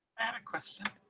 have a question.